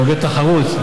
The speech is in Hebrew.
נוגד תחרות,